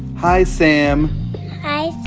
hi, sam hi,